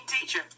teacher